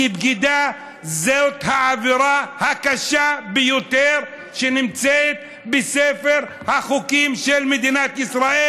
כי בגידה זאת העבירה הקשה ביותר שנמצאת בספר החוקים של מדינת ישראל.